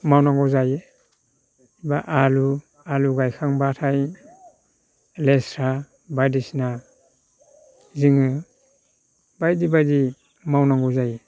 मावनांगौ जायो एबा आलु आलु गायखांबाथाय लेस्रा बायदिसिना जोङो बायदि बायदि मावनांगौ जायो